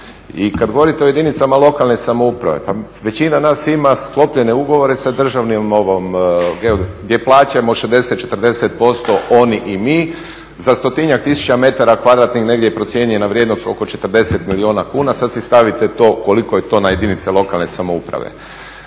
I kad govorite o jedinicama lokalne samouprave pa većina nas ima sklopljene ugovore sa Državnom geodetskom, gdje plaćamo 60, 40% oni i mi, za stotinjak tisuća metara kvadratnih negdje je procijenjena vrijednost oko 40 milijuna kuna. Sad si stavite to koliko je to na jedinice lokalne samouprave.